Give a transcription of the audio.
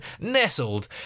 nestled